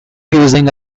using